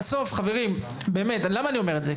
בסוף, חברים באמת, למה אני אומר את זה?